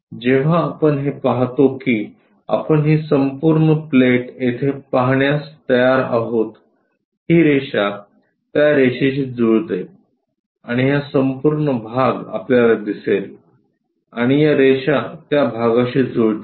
जेव्हा आपण हे पाहतो की आपण ही संपूर्ण प्लेट येथे पाहण्यास तयार आहोत ही रेषा त्या रेषेशी जुळते आणि हा संपूर्ण भाग आपल्याला दिसेल आणि या रेषा त्याभागाशी जुळतात